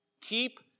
Keep